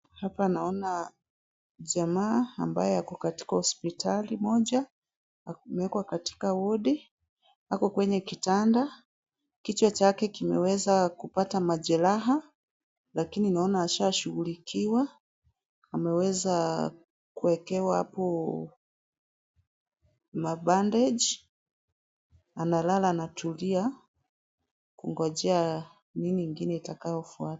Hapa naona jamaa ambaye ako katika hospitali moja. Amewekwa katika wodi. Ako kwenye kitanda. Kichwa chake kimeweza kupata majeraha lakini naona ashashughulikiwa. Ameweza kuwekewa hapo mabandage . Analala anatulia kungojea nini ingine itakayofuata.